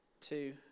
two